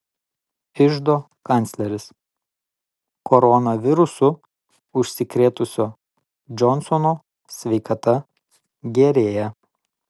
iždo kancleris koronavirusu užsikrėtusio džonsono sveikata gerėja